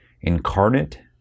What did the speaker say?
incarnate